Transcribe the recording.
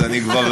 אז אני כבר,